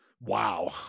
Wow